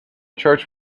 church